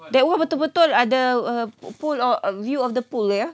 that one betul-betul ada err pool or view of the pool ya